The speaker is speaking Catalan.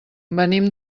venim